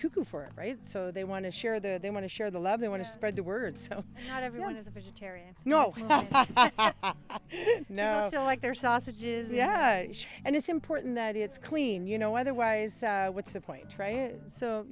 cuckoo for right so they want to share that they want to share the love they want to spread the word so that everyone is a vegetarian no no i don't like their sausages yeah and it's important that it's clean you know otherwise what's the point so